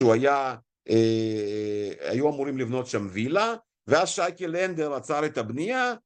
היו אמורים לבנות שם וילה ואז שייקה לנדר עצר את הבנייה...